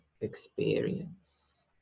experience